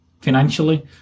financially